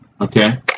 Okay